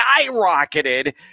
skyrocketed